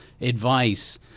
advice